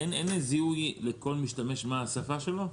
אין זיהוי לכל משתמש מה השפה שלו?